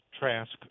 Trask